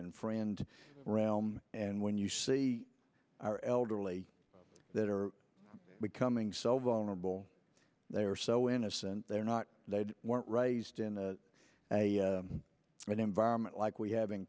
and friend realm and when you see our elderly that are becoming so vulnerable they're so innocent they're not led weren't raised in a an environment like we have in